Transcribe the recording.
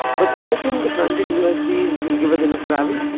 but do you think the front end usds will give us enough travel?